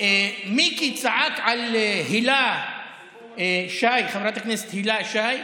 ומיקי צעק על הילה שי, חברת הכנסת הילה שי,